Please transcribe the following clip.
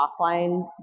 offline